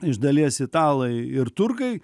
iš dalies italai ir turkai